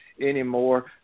anymore